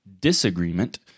disagreement